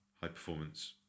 high-performance